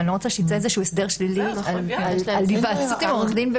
ואני לא רוצה שייצא הסדר שלילי על היוועצות עם עורך דין.